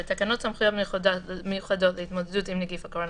טיוטת תקנות סמכויות מיוחדות להתמודדות עם נגיף הקורונה